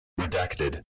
Redacted